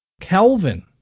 Kelvin